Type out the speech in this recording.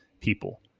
people